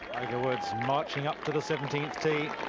marching up to the seventeenth state,